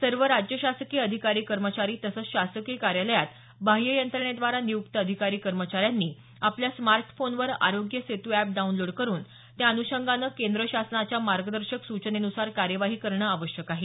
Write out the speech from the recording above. सर्व राज्य शासकीय अधिकारी कर्मचारी तसंच शासकीय कार्यालयात बाह्ययंत्रणेद्वारा नियुक्त अधिकारी कर्मचारी यांनी आपल्या स्मार्टफोनवर आरोग्य सेतू एप डाऊनलोड करुन त्याअन्षंगानं केंद्र शासनाच्या मार्गदर्शक सूचनान्सार कार्यवाही करणं आवश्यक आहे